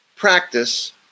Practice